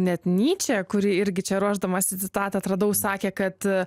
net nyčė kurį irgi čia ruošdamasi citatą atradau sakė kad